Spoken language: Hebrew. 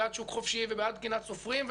בעד שוק חופשי ובעד קנאת סופרים,